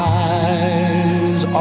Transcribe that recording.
eyes